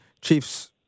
Chiefs